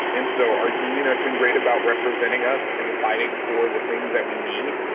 and so our union has been great about representing us and fighting for the things that we need.